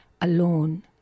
alone